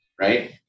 right